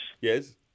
Yes